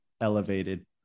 elevated